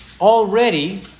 already